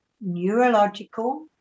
neurological